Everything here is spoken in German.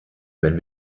wenn